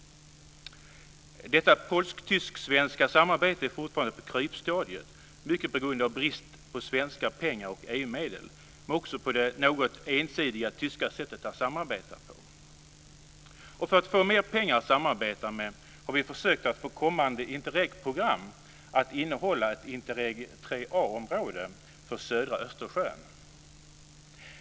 Detta polsk-tysk-svenska samarbete är fortfarande på krypstadiet mycket på grund av brist på svenska pengar och EU-medel, men också på grund av det något ensidiga tyska sättet att samarbeta på. För att få mer pengar att samarbeta med har vi försökt att få kommande Interregprogram att innehålla ett Interreg III a-område för södra Östersjön.